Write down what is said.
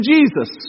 Jesus